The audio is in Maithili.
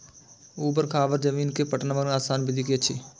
ऊवर खावर जमीन में पटवनक आसान विधि की अछि?